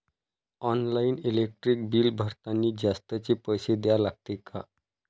Online electric bill भरतानी जास्तचे पैसे द्या लागते का?